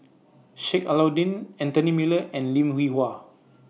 Sheik Alau'ddin Anthony Miller and Lim Hwee Hua